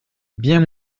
bien